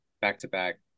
back-to-back